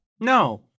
No